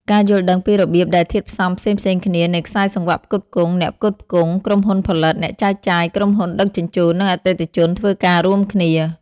ការយល់ដឹងពីរបៀបដែលធាតុផ្សំផ្សេងៗគ្នានៃខ្សែសង្វាក់ផ្គត់ផ្គង់ អ្នកផ្គត់ផ្គង់ ក្រុមហ៊ុនផលិត អ្នកចែកចាយ ក្រុមហ៊ុនដឹកជញ្ជូន និងអតិថិជន ធ្វើការរួមគ្នា។